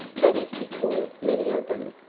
that is because many of them,